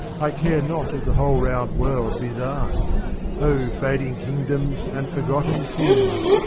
i care not if the whole round world be thine o fading kingdoms and forgotten kings,